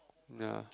ya